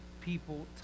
people